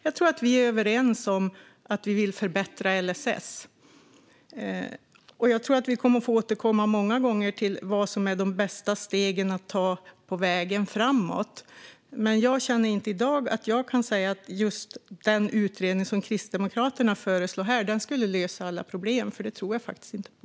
Jag tror att vi är överens om att vi vill förbättra LSS, och jag tror att vi kommer att få återkomma många gånger till vad som är de bästa stegen att ta på vägen framåt. Men jag känner inte i dag att jag kan säga att just den utredning som Kristdemokraterna föreslår här skulle lösa alla problem. Det tror jag faktiskt inte på.